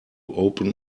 open